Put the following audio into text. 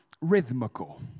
rhythmical